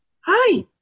Hi